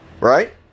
right